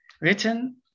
written